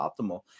optimal